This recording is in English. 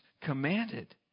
commanded